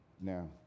Now